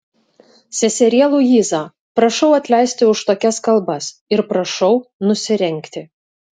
seserie luiza prašau atleisti už tokias kalbas ir prašau nusirengti